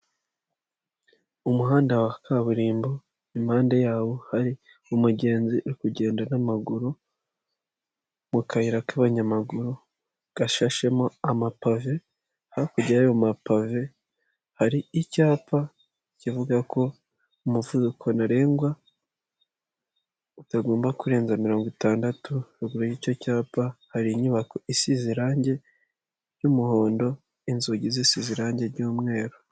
Mu muhanda wa kaburimbo impande yawo hari umugenzi uri kugenda n'amaguru mu kayira k'abanyamaguru gashashemo amapave, hakurya y'ayo mapave hari icyapa kivuga ko umuvuduko ntarengwa utagomba kurenza mirongo itandatu y'icyo cyapa hari inyubako isize irangi ry'umuhondo inzugi zisize irangi ry'umweru.